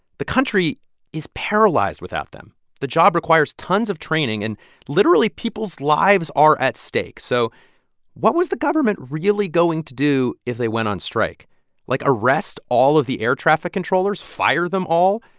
the country is paralyzed without them. the job requires tons of training, and literally, people's lives are at stake. so what was the government really going to do if they went on strike like, arrest all of the air traffic controllers, fire them all?